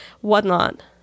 whatnot